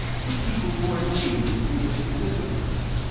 to people who are dangerous to the statisticalists.